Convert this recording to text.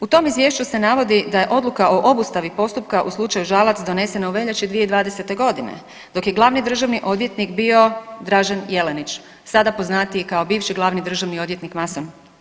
U tom izvješću se navodi da je odluka o obustavi postupka u slučaju Žalac donesena u veljači 2020. godine dok je Glavni državni odvjetnik bio Dražen Jelenić, sada poznatiji kao bivši Glavni državni odvjetnik masnon.